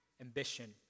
ambition